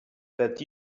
that